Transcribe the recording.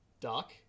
duck